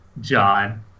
John